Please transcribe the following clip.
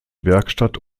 werkstatt